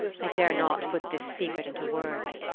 i dare not put this secret into words.